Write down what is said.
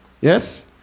Yes